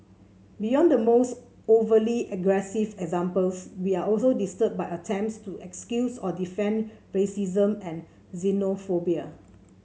beyond the most overtly aggressive examples we are also disturbed by attempts to excuse or defend racism and xenophobia